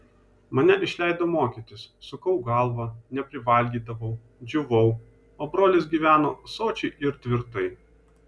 mane išleido mokytis sukau galvą neprivalgydavau džiūvau o brolis gyveno sočiai ir tvirtai